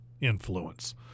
influence